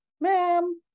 ma'am